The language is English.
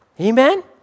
Amen